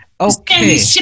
Okay